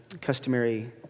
customary